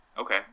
Okay